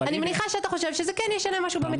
אני מניחה שאתה חושב שזה כן ישנה משהו במציאות.